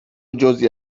جزعی